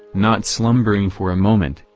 not slumbering for a moment,